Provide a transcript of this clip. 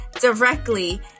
directly